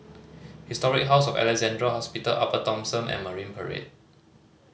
Historic House of Alexandra Hospital Upper Thomson and Marine Parade